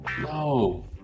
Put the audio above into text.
No